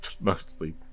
mostly